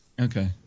Okay